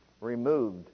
removed